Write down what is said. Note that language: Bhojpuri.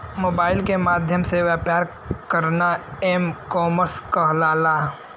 मोबाइल के माध्यम से व्यापार करना एम कॉमर्स कहलाला